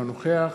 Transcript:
אינו נוכח